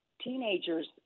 teenagers